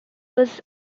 was